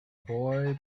boy